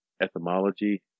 Etymology